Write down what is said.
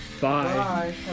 Bye